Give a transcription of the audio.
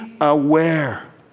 aware